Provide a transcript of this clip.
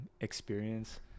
experience